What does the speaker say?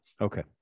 Okay